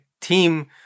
team